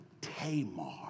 Tamar